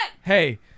Hey